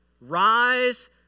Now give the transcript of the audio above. rise